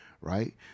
right